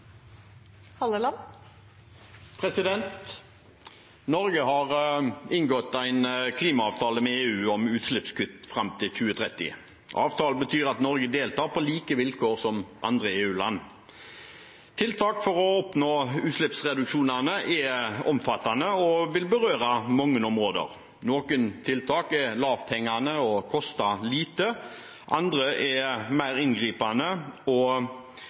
Halleland. Norge har inngått en klimaavtale med EU om utslippskutt fram til 2030. Avtalen betyr at Norge deltar på like vilkår som EU-land. Tiltak for å oppnå utslippsreduksjonene er omfattende og vil berøre mange områder. Noen tiltak er lavthengende og koster lite, andre er mer inngripende og